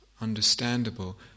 understandable